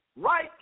right